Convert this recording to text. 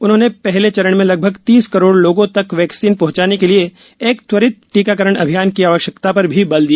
उन्होंने पहले चरण में लगभग तीस करोड़ लोगों तक वैक्सीन पहुंचाने के लिए एक त्वरित टीकाकरण अभियान की आवश्यकता पर भी बल दिया